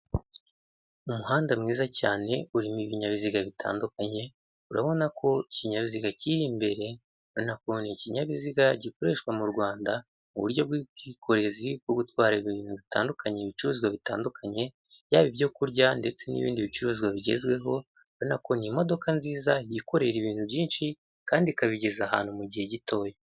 Umuhanda mwiza cyane urimo bininyabiziga bitandukanye urabona ko ikinyabiziga kiri imbere urabona ko ikinyabiziga gikoreshwa mu rwanda mu buryo bw'ubwikorezi bwo gutwara ibintu bitandukanye ibicuruzwa bitandukanye yaba ibyoku kurya ndetse n'ibindi bicuruzwa bigezweho urabonako ni modoka nziza yikorera ibintu byinshi kandi ikabigeza ahantu mu gihe gitoya.